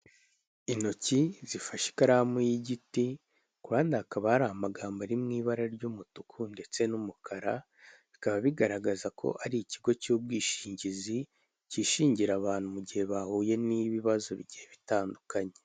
Intoki zifashe ikaramu y'igiti kuruhande hakaba hari amagambo ari mu ibara ry'umutuku ndetse n'umukara bikaba bigaragaza ko ari ikigo cy'ubwishingizi cyishingira abantu mu gihe bahuye n'ibibazo bigiye bitandukanye.